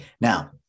Now